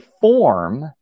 form